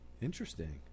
interesting